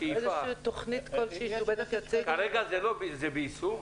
כרגע זה ביישום?